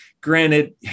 granted